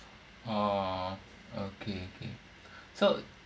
oh okay K so